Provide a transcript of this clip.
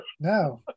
No